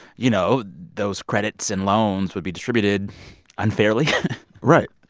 you know, those credits and loans would be distributed unfairly right.